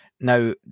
now